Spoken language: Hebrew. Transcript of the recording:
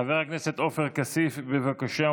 חבר הכנסת עופר כסיף, בבקשה.